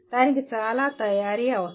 దానికి చాలా తయారీ అవసరం